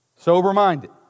Sober-minded